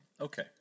Okay